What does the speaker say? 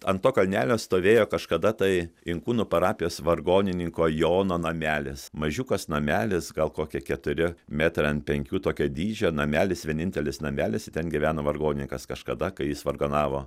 ant to kalnelio stovėjo kažkada tai inkūnų parapijos vargonininko jono namelis mažiukas namelis gal kokie keturi metrai ant penkių tokio dydžio namelis vienintelis namelis i ten gyveno vargonininkas kažkada kai jis vargonavo